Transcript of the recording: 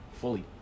Fully